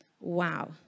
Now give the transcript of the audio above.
Wow